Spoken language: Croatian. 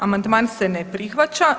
Amandman se ne prihvaća.